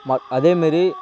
ம அதேமாரி